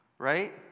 right